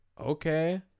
Okay